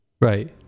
Right